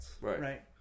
Right